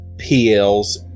PLs